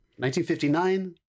1959